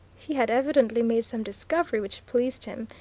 he had evidently made some discovery which pleased him,